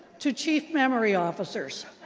to chief memory officers.